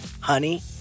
honey